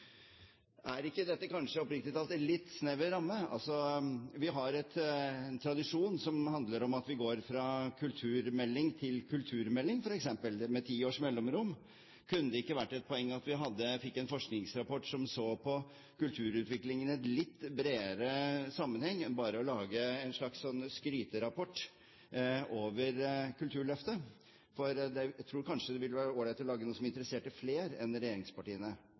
Er ikke dette kanskje, oppriktig talt, en litt snever ramme? Altså: Vi har en tradisjon som handler om at vi går fra kulturmelding til kulturmelding, f.eks. med ti års mellomrom. Kunne det ikke vært et poeng at vi fikk en forskningsrapport som så på kulturutviklingen i en litt bredere sammenheng, enn bare å lage en slags skryterapport over Kulturløftet? Jeg tror kanskje det hadde vært all right å lage noe som interesserte flere enn regjeringspartiene.